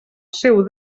seu